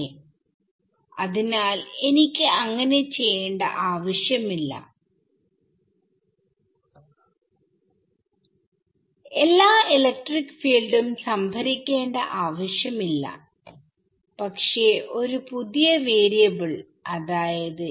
അതേ അതിനാൽ എനിക്ക് അങ്ങനെ ചെയ്യേണ്ട ആവശ്യം ഇല്ല എല്ലാ ഇലക്ട്രിക് ഫീൽഡും സംഭരിക്കേണ്ട ആവശ്യം ഇല്ല പക്ഷെ ഒരു പുതിയ വാരിയബിൾ അതായത്